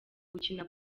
gukina